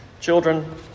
children